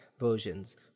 versions